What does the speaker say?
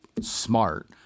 Smart